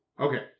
Okay